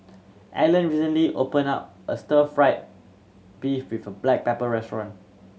Allan recently opened a stir fried beef with black pepper restaurant